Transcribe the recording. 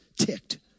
ticked